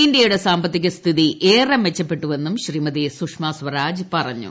ഇന്ത്യയുടെ സാമ്പത്തിക സ്ഥിതി ഏറെ മെച്ചപ്പെട്ടുവെന്നും ശ്രീമതി സുഷമസ്വാരാജ് പറഞ്ഞു